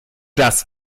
das